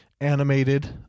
animated